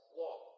law